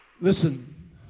Listen